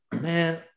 man